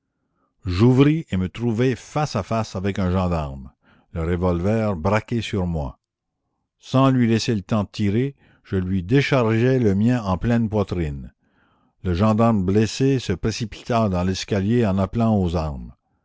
j'ouvris et me trouvai face à face avec un gendarme le revolver braqué sur moi sans lui laisser le temps de tirer je lui déchargeai le mien en pleine poitrine le gendarme blessé se précipita dans l'escalier en appelant aux armes